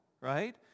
Right